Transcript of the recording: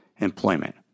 employment